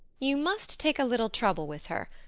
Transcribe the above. you must take a little trouble with her,